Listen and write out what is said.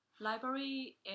library